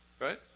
Right